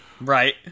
Right